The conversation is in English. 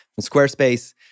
Squarespace